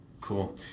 Cool